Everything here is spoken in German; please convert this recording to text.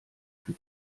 für